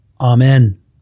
Amen